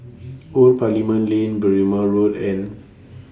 Old Parliament Lane Berrima Road and